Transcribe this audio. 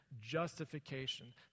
justification